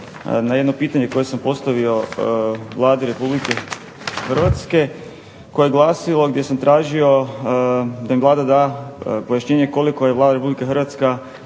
na jedno pitanje koje sam postavio Vladi Republike Hrvatske, koje je glasilo, gdje sam tražio da mi Vlada da pojašnjenje koliko je Vlada Republika Hrvatska,